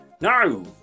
No